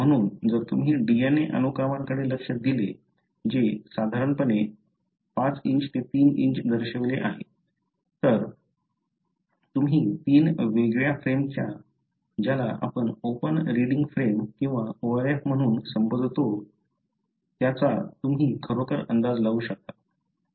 म्हणून जर तुम्ही DNA अनुक्रमांकडे लक्ष दिले जे साधारणपणे 5 ते 3 दर्शविलेले आहे तर तुम्ही तीन वेगवेगळ्या फ्रेमचा ज्याला आपण ओपन रीडिंग फ्रेम किंवा ORF म्हणून संबोधतो त्याचा तुम्ही खरोखर अंदाज लावू शकता